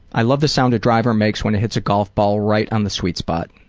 i love the sound a driver makes when it hits a golf ball right on the sweet spot.